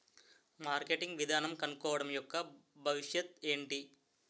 Marketing విధానం కనుక్కోవడం యెక్క భవిష్యత్ ఏంటి?